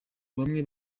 bamwe